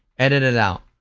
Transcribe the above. edit it out,